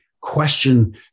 question